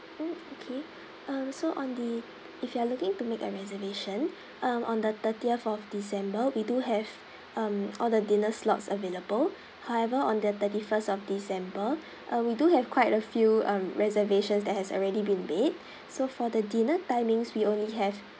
mm okay um so on the if you are looking to make a reservation um on the thirtieth of december we do have um all the dinner slots available however on the thirty first of december uh we do have quite a few um reservations that has already been made so for the dinner timings we only have